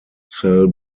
cell